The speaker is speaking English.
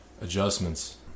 Adjustments